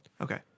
Okay